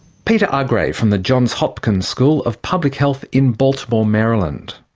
peter agre from the johns hopkins school of public health in baltimore, maryland.